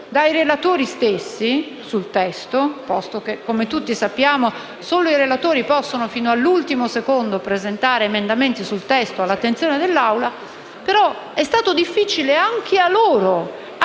da loro stessi (posto che, come tutti sappiamo, solo i relatori possono fino all'ultimo secondo presentare emendamenti sul testo all'attenzione dell'Assemblea), ma è stato difficile anche ai